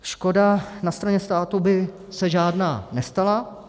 Škoda na straně státu by se žádná nestala.